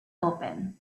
open